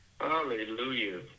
hallelujah